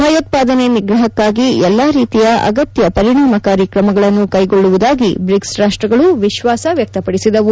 ಭಯೋತ್ವಾದನೆ ನಿಗ್ರಹಕ್ತಾಗಿ ಎಲ್ಲಾ ರೀತಿಯ ಅಗತ್ಯ ಪರಿಣಾಮಕಾರಿ ಕ್ರಮಗಳನ್ನು ಕೈಗೊಳ್ಳುವುದಾಗಿ ಬ್ರಿಕ್ಸ್ ರಾಷ್ಟಗಳು ವಿಶ್ವಾಸ ವ್ಯಕ್ತಪಡಿಸಿದವು